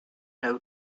have